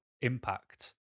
impact